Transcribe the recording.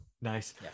Nice